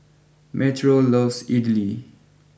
Metro loves Idili